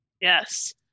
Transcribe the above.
yes